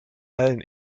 allen